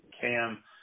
Cam